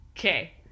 Okay